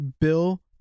Bill